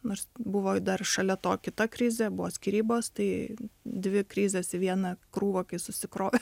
nors buvo dar šalia to kita krizė buvo skyrybos tai dvi krizės į vieną krūvą kai susikrovė